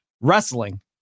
wrestling